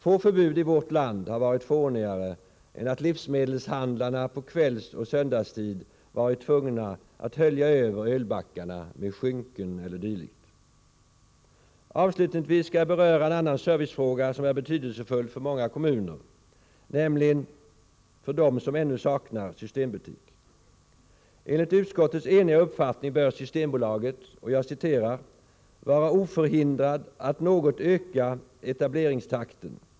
Få förbud i vårt land har varit fånigare än att livsmedelshandlarna på kvällsoch söndagstid varit tvungna att hölja över ölbackarna med skynken o. d. Avslutningsvis skall jag beröra en annan servicefråga som är betydelsefull för många kommuner, nämligen de kommuner som ännu saknar systembutik. Enligt utskottets eniga uppfattning bör Systembolaget ”vara oförhindrad att något öka etableringstakten.